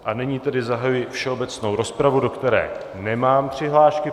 A nyní tedy zahajuji všeobecnou rozpravu, do které nemám přihlášky.